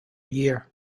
year